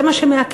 זה מה שמעכב.